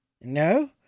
No